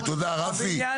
הבניין